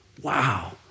Wow